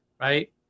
Right